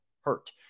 hurt